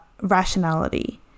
rationality